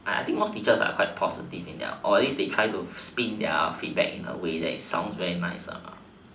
I I think most teachers are quite positive in their or at least they tried to spin their feedback in a way to make it sound very nice ah